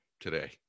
today